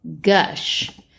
gush